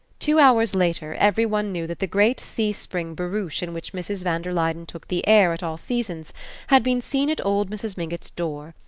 two hours later, every one knew that the great c-spring barouche in which mrs. van der luyden took the air at all seasons had been seen at old mrs. mingott's door,